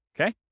okay